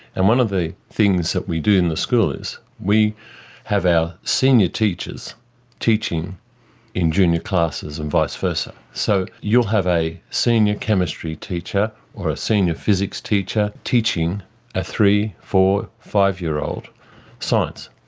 and one of the things that we do in the school is we have our senior teachers teaching in junior classes and vice versa. so you'll have a senior chemistry teacher or a senior physics teacher teaching a three, four, five-year-old science.